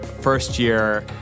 first-year